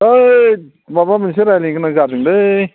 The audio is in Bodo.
ओइ माबा मोनसे रायलायनो गोनां जादोंलै